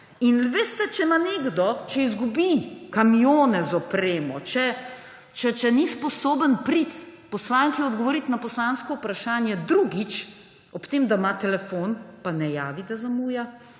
In če nekdo izgubi kamione z opremo, če ni sposoben priti poslanki odgovorit na poslansko vprašanje drugič, ob tem da ima telefon, pa ne javi, da zamuja,